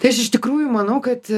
tai aš iš tikrųjų manau kad